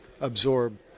absorb